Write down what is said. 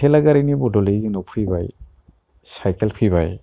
दा थेला गारिनि बदलै जोंनाव फैबाय साइकेल फैबाय